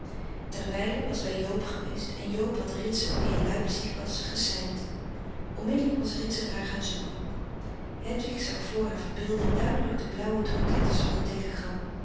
kwam terweyde was bij joob geweest en joob had ritsert die in leipzig was geseind onmiddellijk was ritsert haar gaan zoeken hedwig zag voor haar verbeelding duidelijk de blauwe drukletters van het